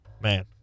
Man